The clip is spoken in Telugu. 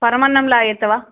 పరమాన్నం లాగా చేస్తావా